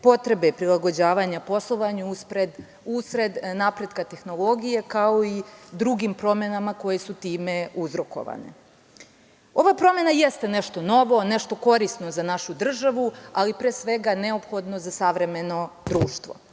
potrebe prilagođavanja poslovanju usred napretka tehnologije, kao i drugim promenama koje su time uzrokovane. Ova promena jeste nešto novo, nešto korisno za našu državu, ali pre svega neophodno za savremeno društvo,